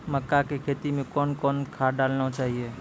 मक्का के खेती मे कौन कौन खाद डालने चाहिए?